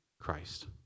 Christ